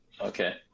Okay